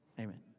Amen